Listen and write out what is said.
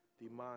demand